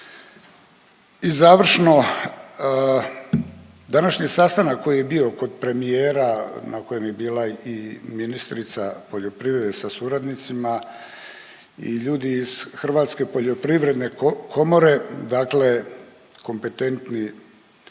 I završno današnji sastanak koji je bio kod premijera na kojem je bila i ministrica poljoprivrede sa suradnicima i ljudi iz Hrvatske poljoprivredne komore, dakle kompetentni,